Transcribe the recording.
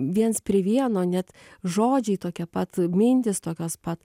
viens prie vieno net žodžiai tokie pat mintys tokios pat